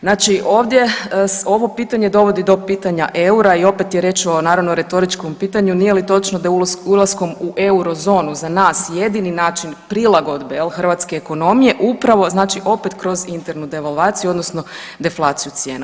Znači ovdje, ovo pitanje dovodi do pitanja EUR-a i opet je riječ o naravno retoričkom pitanju, nije li točno da je ulaskom u eurozonu za nas jedini način prilagodbe jel hrvatske ekonomije upravo znači opet kroz internu devalvaciju odnosno deflaciju cijena.